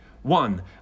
One